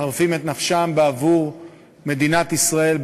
מחרפים את נפשם בעבור מדינת ישראל,